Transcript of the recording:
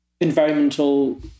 environmental